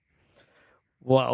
Wow